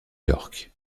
york